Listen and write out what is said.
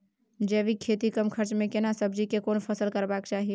जैविक खेती कम खर्च में केना सब्जी के कोन फसल करबाक चाही?